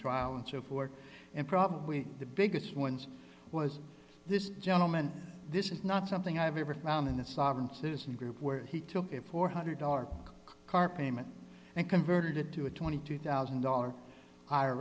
trial and so forth and probably the biggest ones was this gentleman this is not something i have ever found in the sovereign citizen group where he took a four hundred dollars car payment and converted it to a twenty two thousand dollar